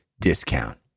discount